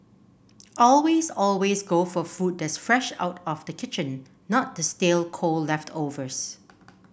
always always go for food that's fresh out of the kitchen not the stale cold leftovers